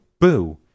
boo